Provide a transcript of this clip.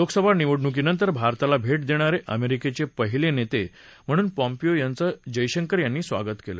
लोकसभा निवडणुकीनंतर भारताला भेट देणारे अमेरिकेचे पहिले नेते म्हणून पॉम्पीओ यांचं जयशंकर यांनी स्वागत केलं